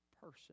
person